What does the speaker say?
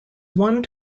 one